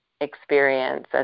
experience